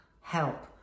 help